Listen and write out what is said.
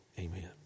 Amen